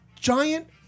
giant